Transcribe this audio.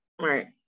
Right